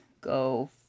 Go